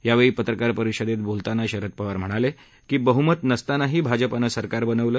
यावेळी पत्रकारपरिषदेत बोलताना शरद पवार म्हणाले की बह्मत नसतानाही भाजपानं सरकार बनवलं